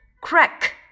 crack